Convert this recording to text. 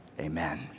amen